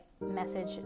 message